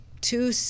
two